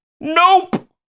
Nope